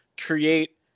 create